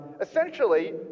essentially